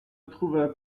trouverez